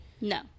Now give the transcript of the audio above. No